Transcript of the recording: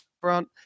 front